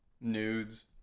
Nudes